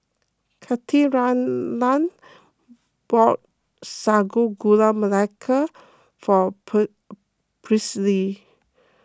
Katharina bought Sago Gula Melaka for Presley